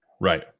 Right